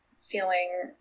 feeling